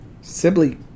Sibley